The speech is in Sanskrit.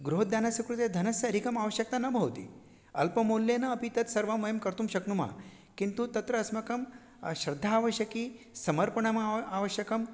गृहोद्यानस्य कृते धनस्य अधिकम् आवश्यकता न भवति अल्पमूल्येन अपि तत् सर्वं वयं कर्तुं शक्नुमः किन्तु तत्र अस्माकं श्रद्धा आवश्यकी समर्पणम् आव आवश्यकम्